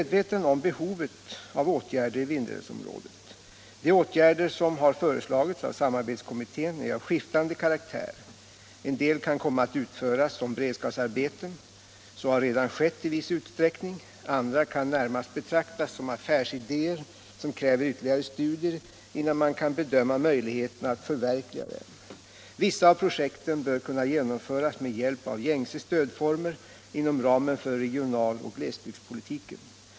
De åtgärder som har föreslagits av samarbetskommittén är av skiftande karaktär. En del kan komma att utföras som beredskapsarbeten. Så har redan skett i viss utsträckning. Andra kan närmast betraktas som affärsidéer som kräver ytterligare studier innan man kan bedöma möjligheterna att förverkliga dem. Vissa av projekten bör kunna genomföras med hjälp av gängse stödformer inom ramen för regional och glesbygdspolitiken.